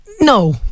No